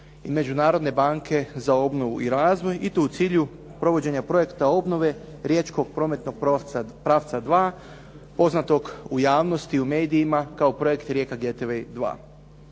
i Međunarodne banke za obnovu i razvoj i to u cilju provođenja projekta obnove riječkog prometnog pravca 2 poznatog u javnosti, u medijima kao projekt Rijeka-Getaway